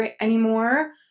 anymore